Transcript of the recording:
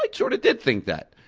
i sort of did think that.